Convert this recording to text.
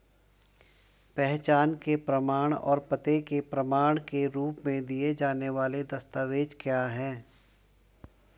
पहचान के प्रमाण और पते के प्रमाण के रूप में दिए जाने वाले दस्तावेज क्या हैं?